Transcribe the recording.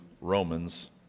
Romans